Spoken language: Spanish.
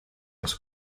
las